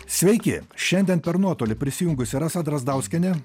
sveiki šiandien per nuotolį prisijungusi rasa drazdauskienė